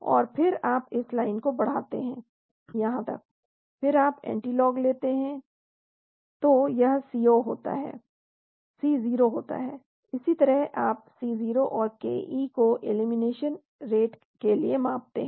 और फिर आप इस लाइन को बढ़ाते हैं यहां तक फिर आप एंटीलॉग लेते हैं तो यह C0 होता है इसी तरह आप C0 और ke को एलिमिनेशन साइड के लिए मापते हैं